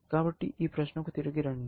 కాబట్టి ఈ ప్రశ్నకు తిరిగి రండి